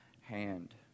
hand